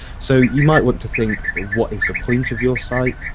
so you might want to think what is the point of your site,